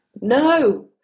no